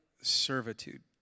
servitude